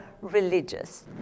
religious